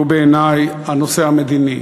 שבעיני הוא הנושא המדיני,